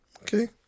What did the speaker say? Okay